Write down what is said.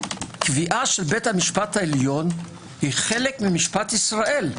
- קביעה של בית המשפט העליון היא חלק ממשפט ישראל.